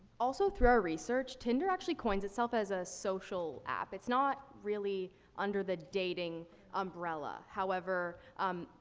also through our research, tinder actually coins itself as a social app. it's not really under the dating umbrella. however, um,